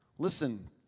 Listen